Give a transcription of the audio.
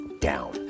down